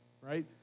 right